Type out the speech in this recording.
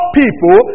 people